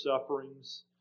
sufferings